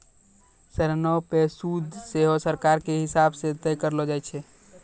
ऋणो पे सूद सेहो सरकारो के हिसाब से तय करलो जाय छै